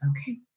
okay